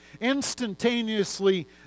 Instantaneously